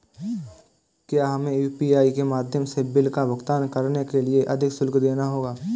क्या हमें यू.पी.आई के माध्यम से बिल का भुगतान करने के लिए अधिक शुल्क देना होगा?